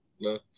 no